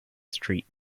street